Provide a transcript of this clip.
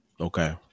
Okay